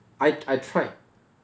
I I tried